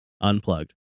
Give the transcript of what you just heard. unplugged